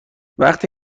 وقتی